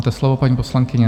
Máte slovo, paní poslankyně.